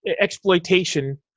exploitation